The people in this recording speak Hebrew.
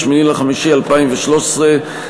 8 במאי 2013,